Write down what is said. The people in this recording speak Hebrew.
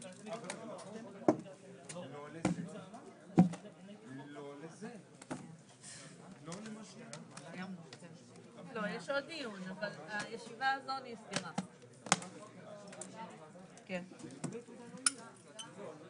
15:20.